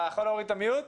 אותו.